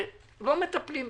ולא מטפלים בזה.